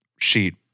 sheet